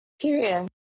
Period